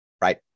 right